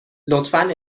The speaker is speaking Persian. لطفا